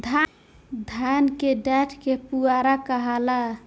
धान के डाठ के पुआरा कहाला